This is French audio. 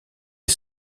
est